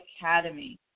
Academy